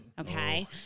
okay